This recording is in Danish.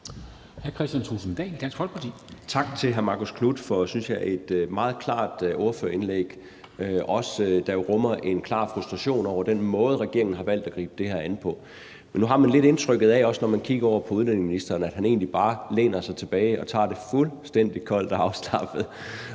Tak til hr. Marcus Knuth for et, synes jeg, meget klart ordførerindlæg, der også rummer en klar frustration over den måde, regeringen har valgt at gribe det her an på. Nu har man lidt indtrykket af, også når man kigger over på udlændingeministeren, at han egentlig bare læner sig tilbage og tager det fuldstændig koldt og afslappet,